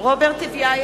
בהצבעה